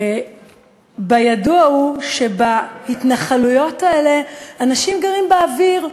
ידוע שבהתנחלויות האלה אנשים גרים באוויר,